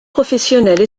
professionnelles